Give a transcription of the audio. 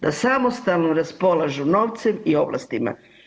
Da samostalno raspolažu novcem i ovlastima.